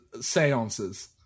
seances